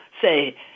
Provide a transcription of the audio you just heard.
say